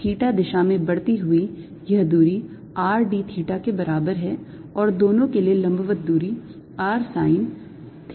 theta दिशा में बढ़ती हुई यह दूरी r d theta के बराबर है और दोनों के लिए लंबवत दूरी r sine theta d phi है